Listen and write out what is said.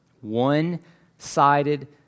One-sided